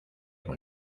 con